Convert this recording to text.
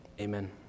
Amen